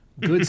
Good